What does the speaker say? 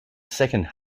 second